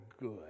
good